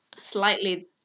Slightly